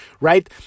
right